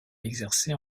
exercé